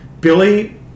Billy